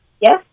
Yes